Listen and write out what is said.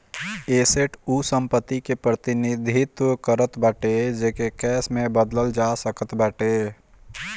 asset उ संपत्ति कअ प्रतिनिधित्व करत बाटे जेके कैश में बदलल जा सकत बाटे